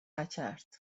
نکرد